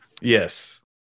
Yes